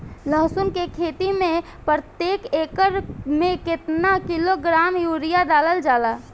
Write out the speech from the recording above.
लहसुन के खेती में प्रतेक एकड़ में केतना किलोग्राम यूरिया डालल जाला?